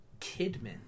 Kidman